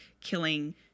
killing